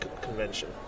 convention